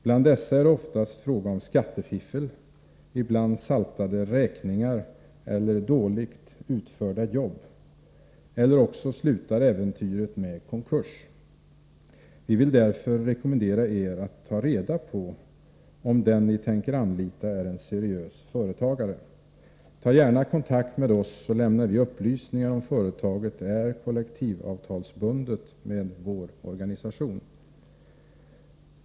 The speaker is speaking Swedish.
Bland dessa är det oftast fråga om skattefiffel, ibland saltade räkningar eller dåligt utförda jobb, eller också slutar äventyret med konkurs. Vi vill därför rekommendera Er att ta reda på om den Ni tänker anlita är en seriös företagare. Ta gärna kontakt med oss, så lämnar vi upplysningar om företaget är kollektivavtalsbundet med vår organisation.